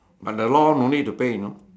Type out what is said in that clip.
and the law no need to pay you know